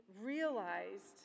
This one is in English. realized